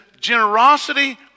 generosity